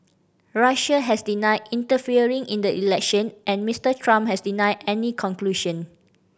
Russia has denied interfering in the election and Mister Trump has denied any conclusion